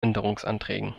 änderungsanträgen